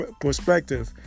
perspective